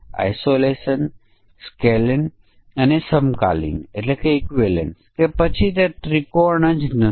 અન્ય દૃશ્ય એ છે કે s2 એ s1 ની પેટા શબ્દમાળા નથી તેથી તે પ્રદર્શિત કરશે કે તે કોઈ પેટા શબ્દમાળા નથી